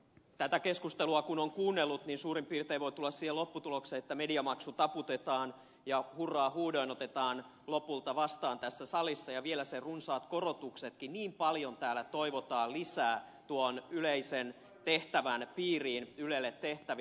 tätä keskustelua kun on kuunnellut niin suurin piirtein voi tulla siihen lopputulokseen että mediamaksu taputetaan ja hurraa huudoin otetaan lopulta vastaan tässä salissa ja vielä sen runsaat korotuksetkin niin paljon täällä toivotaan lisää tuon yleisen tehtävän piiriin ylelle tehtäviä